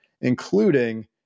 including